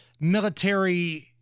military